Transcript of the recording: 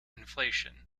inflation